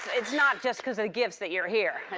it's not just cause of the gifts that you're here. it's.